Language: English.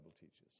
teaches